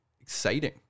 exciting